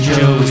Joe